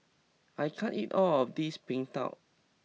I can't eat all of this png tao